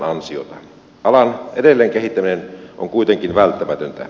alan edelleen kehittäminen on kuitenkin välttämätöntä